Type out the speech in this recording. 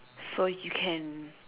so you can